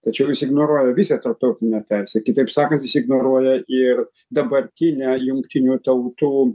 tačiau jis ignoruoja visą tarptautinę teisę kitaip sakant jis ignoruoja ir dabartinę jungtinių tautų